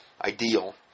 ideal